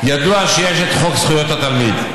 ידוע שיש את חוק זכויות התלמיד,